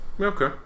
Okay